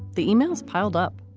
the emails piled up,